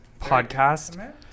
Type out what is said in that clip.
podcast